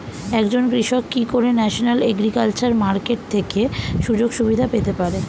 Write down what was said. একজন কৃষক কি করে ন্যাশনাল এগ্রিকালচার মার্কেট থেকে সুযোগ সুবিধা পেতে পারে?